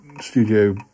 Studio